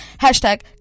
Hashtag